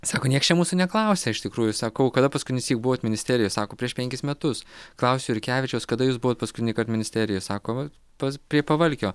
sako nieks čia mūsų neklausia iš tikrųjų sakau kada paskutinįsyk buvot ministerijoj sako prieš penkis metus klausiu jurkevičiaus kada jūs buvot paskutinįkart ministerijoj sako pas prie pavalkio